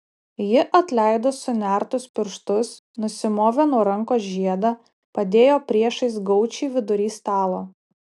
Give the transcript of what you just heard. ji atleido sunertus pirštus nusimovė nuo rankos žiedą padėjo priešais gaučį vidury stalo